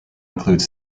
include